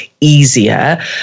easier